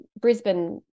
Brisbane